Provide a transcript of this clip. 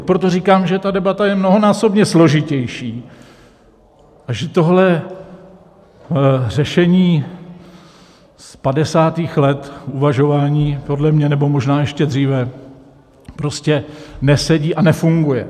Proto říkám, že ta debata je mnohonásobně složitější a že tohle řešení z padesátých let uvažování podle mě, nebo možná ještě dříve, prostě nesedí a nefunguje.